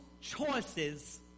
choices